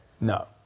No